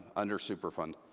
under superfund.